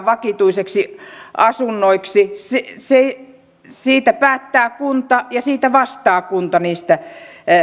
vakituisiksi asunnoiksi siitä päättää kunta ja kunta